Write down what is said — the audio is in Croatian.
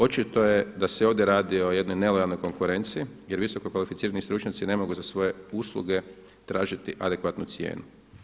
Očito je da se ovdje radi o jednoj nelojalnoj konkurenciji jer visoko kvalificirani stručnjaci ne mogu za svoje usluge tražiti adekvatnu cijenu.